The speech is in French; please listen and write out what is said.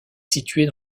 située